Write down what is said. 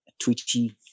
twitchy